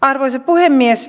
arvoisa puhemies